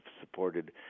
supported